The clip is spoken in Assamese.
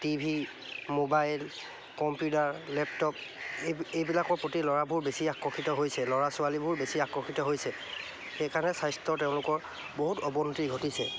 টিভি মোবাইল কম্পিউটাৰ লেপটপ এই এইবিলাকৰ প্ৰতি ল'ৰাবোৰ বেছি আকৰ্ষিত হৈছে ল'ৰা ছোৱালীবোৰ বেছি আকৰ্ষিত হৈছে সেইকাৰণে স্বাস্থ্য তেওঁলোকৰ বহুত অৱনতি ঘটিছে